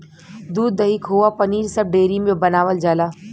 दूध, दही, खोवा पनीर सब डेयरी में बनावल जाला